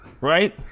Right